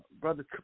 brother